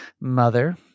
mother